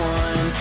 one